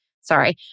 sorry